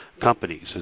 companies